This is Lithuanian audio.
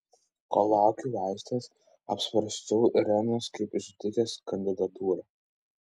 kol laukiau aistės apsvarsčiau irenos kaip žudikės kandidatūrą